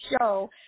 show